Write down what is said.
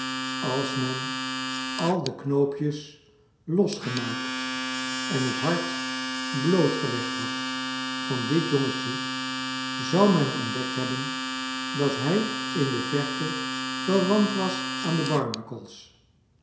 als men al de knoopjes losgemaakt en het hart blootgelegd had van dit jongetje zou men ontdekt hebben dat hij in de verte verwant was aan de barnacles